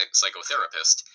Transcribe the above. psychotherapist